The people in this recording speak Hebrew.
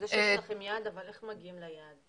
איך מגיעים ליעד?